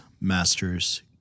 masters